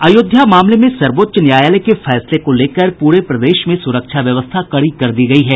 अयोध्या मामले मे सर्वोच्च न्यायालय के फैसले को लेकर पूरे प्रदेश में सुरक्षा व्यवस्था कड़ी कर दी गयी है